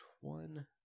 one